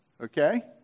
Okay